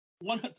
one